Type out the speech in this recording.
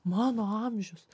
mano amžius